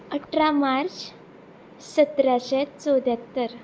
अठरा मार्च सतराशें चवद्यात्तर